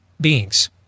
beings